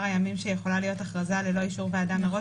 הימים שיכולה להיות הכרזה ללא אישור ועדה מראש.